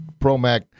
PROMAC